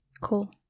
Cool